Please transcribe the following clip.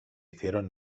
hicieron